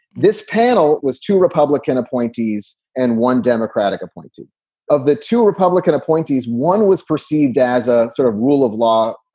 this panel was two republican appointees and one democratic appointee of the two republican appointees. one was perceived as a sort of rule of law,